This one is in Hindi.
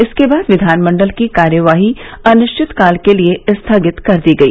इसके बाद विधानमंडल की कार्यवाही अनिश्चितकाल के लिये स्थगित कर दी गई